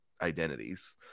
identities